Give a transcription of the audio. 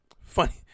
funny